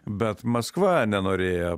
bet maskva nenorėjo